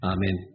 Amen